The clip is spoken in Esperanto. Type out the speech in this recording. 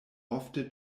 ofte